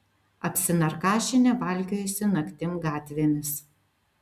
apsinarkašinę valkiojasi naktim gatvėmis